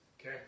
Okay